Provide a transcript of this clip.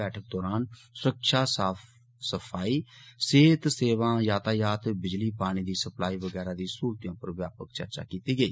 बैठक दौरान स्रक्षा साफ सफाई सेहत सेवां यातायात बिजली पानी दी सप्लाई वगैरा दी सहलतें उप्पर व्यापक चर्चा कीती गेई